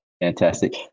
Fantastic